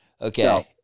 okay